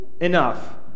enough